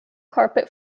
carpet